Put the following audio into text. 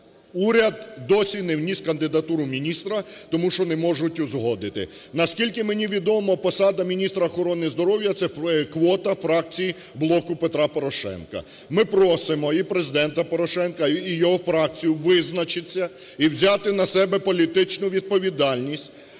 Уряд досі не вніс кандидатуру міністра, тому що не можуть узгодити. Наскільки мені відомо, посада міністра охорони здоров'я – це квота фракції "Блоку Петра Порошенка". Ми просимо і Президента Порошенка, і його фракцію визначитися і взяти на себе політичну відповідальність